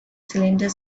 cylinder